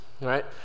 right